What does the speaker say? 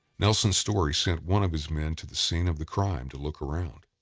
nelson story sent one of his men to the scene of the crime to look around.